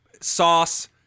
sauce